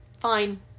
fine